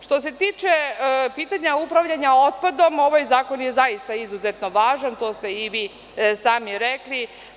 Što se tiče pitanja upravljanja otpadom, ovaj zakon je zaista izuzetno važan, to ste i vi sami rekli.